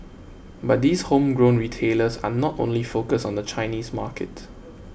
but these homegrown retailers are not only focused on the Chinese market